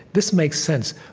this makes sense,